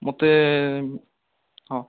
ମୋତେ ହଁ